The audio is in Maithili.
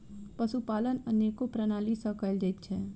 पशुपालन अनेको प्रणाली सॅ कयल जाइत छै